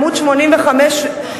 עמוד 85 ו-92,